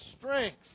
strength